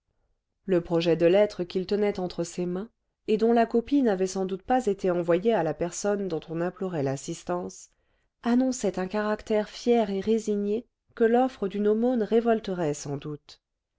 le projet de lettre qu'il tenait entre ses mains et dont la copie n'avait sans doute pas été envoyée à la personne dont on implorait l'assistance annonçait un caractère fier et résigné que l'offre d'une aumône révolterait sans doute